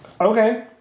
Okay